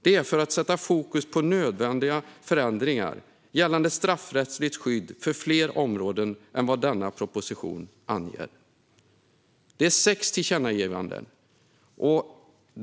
Det handlar om att sätta fokus på nödvändiga förändringar gällande straffrättsligt skydd för fler områden än vad denna proposition anger. Det är sex tillkännagivanden.